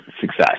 success